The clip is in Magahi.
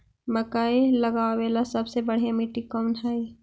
मकई लगावेला सबसे बढ़िया मिट्टी कौन हैइ?